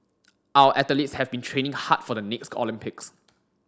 our athletes have been training hard for the next Olympics